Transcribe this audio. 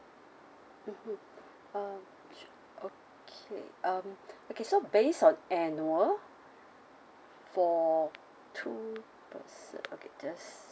mmhmm um sure okay um okay so based on annual for two person okay just